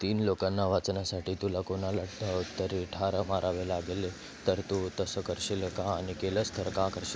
तीन लोकांना वाचवण्यासाठी तुला कोणाला त तरी ठार मारावे लागले तर तू तसं करशील का आणि केलंच तर का करशील